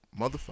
Motherfucker